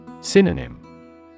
Synonym